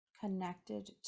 connected